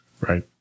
Right